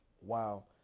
Wow